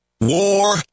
war